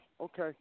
okay